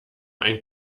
ein